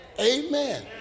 amen